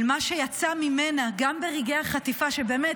על מה שיצא ממנה גם ברגעי החטיפה, שבאמת,